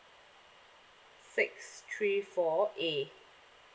six three four A